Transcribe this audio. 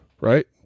right